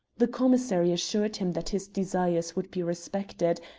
the commissary assured him that his desires would be respected,